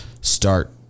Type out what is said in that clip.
start